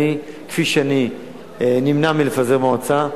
כפי שאני נמנע מלפזר מועצה,